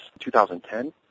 2010